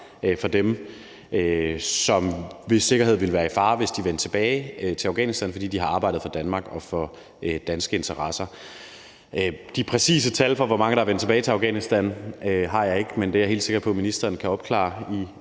for dem, hvis sikkerhed ville være i fare, hvis de vendte tilbage til Afghanistan, fordi de har arbejdet for Danmark og for danske interesser. De præcise tal for, hvor mange der er vendt tilbage til Afghanistan, har jeg ikke, men det er jeg helt sikker på at ministeren kan opklare i